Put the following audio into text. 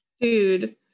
dude